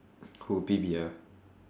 who ah